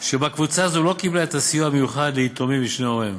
שבה קבוצה זו לא קיבלה את הסיוע המיוחד ליתומים משני הוריהם.